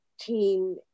team